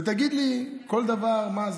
ותגיד לי על כל דבר מה זה.